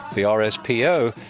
the ah rspo,